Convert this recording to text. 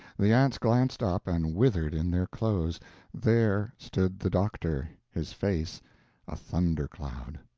the aunts glanced up, and withered in their clothes there stood the doctor, his face a thunder-cloud.